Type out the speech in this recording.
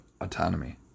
autonomy